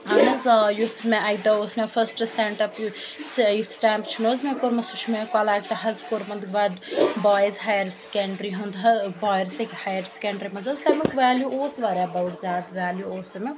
اہن حظ آ یُس مےٚ اَکہِ دۄہ اوس مےٚ فٔرسٹہٕ سیٚنٛٹ اَپ یُس یُس سِٹینٛمپ چھُ نَہ حظ مےٚ کوٚرمُت سُہ چھُ مےٚ حظ کوٚرمُت بایِز ہایَر سیٚکنٛڈرٛی ہُنٛد ہایر سیٚکنٛڈری منٛز حظ تَمیٛک ویلیٛوٗ اوس واریاہ بوڈ زیادٕ ویلیٛوٗ اوس تمیٛک